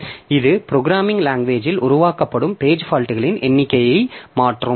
எனவே இது programming language இல் உருவாக்கப்படும் பேஜ் ஃபால்ட்களின் எண்ணிக்கையை மாற்றும்